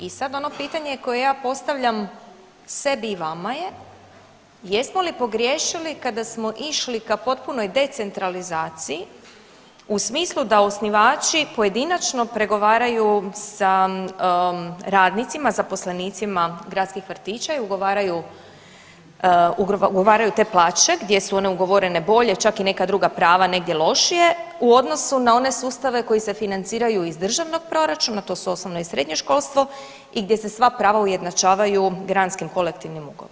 I sad ono pitanje koja ja postavljam sebi i vama je, jesmo li pogriješili kada smo išli ka potpunoj decentralizaciji u smislu da osnivači pojedinačno pregovaraju sa radnicima, zaposlenicima gradskih vrtića i ugovaraju te plaće gdje su one ugovorene bolje čak i neka druga prava negdje lošije u odnosu na one sustave koji se financiraju iz državnog proračuna, to su osnovno i srednje školstvo i gdje se sva prava ujednačavaju granskim kolektivnim ugovorima?